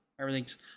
Everything's